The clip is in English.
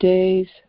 Days